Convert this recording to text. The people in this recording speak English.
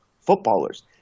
footballers